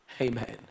Amen